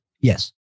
Yes